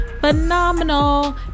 phenomenal